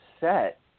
set